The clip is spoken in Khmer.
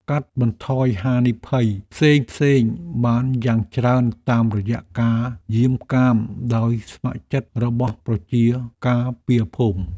កាត់បន្ថយហានិភ័យផ្សេងៗបានយ៉ាងច្រើនតាមរយៈការយាមកាមដោយស្ម័គ្រចិត្តរបស់ប្រជាការពារភូមិ។